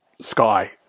Sky